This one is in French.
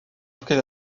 après